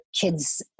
kids